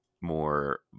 more